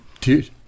Dude